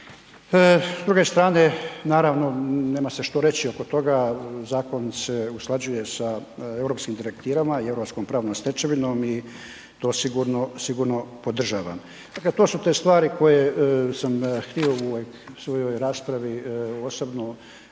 S druge strane, naravno nema se što reći oko toga, zakon se usklađuje sa europskim direktivama i europskom pravnom stečevinom i to sigurno podržavam. Dakle to su te stvari koje sam htio u ovoj svojoj raspravi osobno